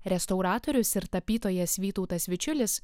restauratorius ir tapytojas vytautas vičiulis